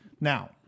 Now